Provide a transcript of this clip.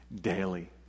Daily